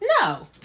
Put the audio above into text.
no